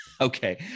Okay